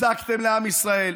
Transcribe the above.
הזקתם לעם ישראל,